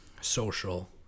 social